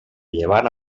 llevant